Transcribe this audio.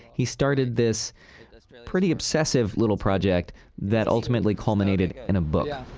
he started this pretty obsessive little project that ultimately culminated in a book.